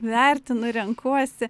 vertinu renkuosi